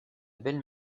belle